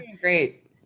great